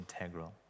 integral